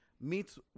meets